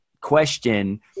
question